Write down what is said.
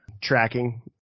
tracking